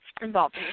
Involved